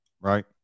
right